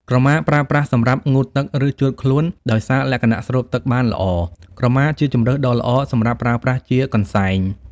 ក្រមាប្រើប្រាស់សម្រាប់ងូតទឹក ឬ ជូតខ្លួនដោយសារលក្ខណៈស្រូបទឹកបានល្អ ក្រមាជាជម្រើសដ៏ល្អសម្រាប់ប្រើប្រាស់ជាកន្សែង។